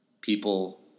People